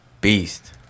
Beast